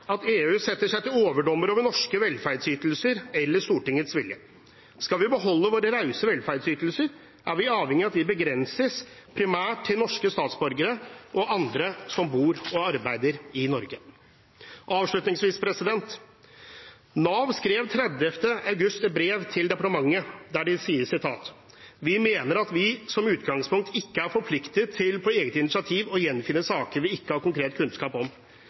at EU setter seg til overdommer over norske velferdsytelser eller Stortingets vilje. Skal vi beholde våre rause velferdsytelser, er vi avhengige av at de begrenses primært til norske statsborgere og andre som bor og arbeider i Norge. Avslutningsvis: Nav skrev 30. august et brev til departementet, der det sies: «Vi mener at vi som utgangspunkt ikke er forpliktet til å på eget initiativ gjenfinne saker vi ikke har konkret kunnskap om.»